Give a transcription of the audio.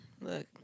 Look